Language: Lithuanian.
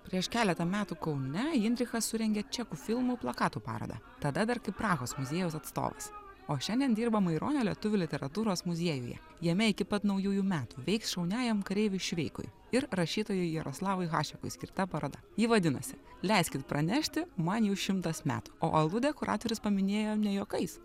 prieš keletą metų kaune inrichas surengė čekų filmų plakatų parodą tada dar kaip prahos muziejaus atstovas o šiandien dirba maironio lietuvių literatūros muziejuje jame iki pat naujųjų metų veiks šauniajam kareiviui šveikui ir rašytojui jaroslavui hašekui skirta paroda vadinasi leiskit pranešti man jau šimtas metų o aludę kuratorius paminėjo ne juokais